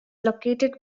located